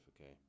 okay